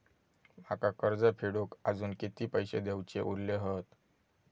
माका कर्ज फेडूक आजुन किती पैशे देऊचे उरले हत?